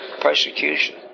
persecution